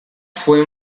fue